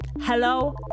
hello